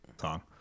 song